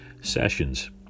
sessions